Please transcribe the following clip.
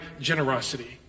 generosity